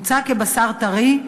מוצג כבשר טרי,